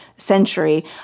Century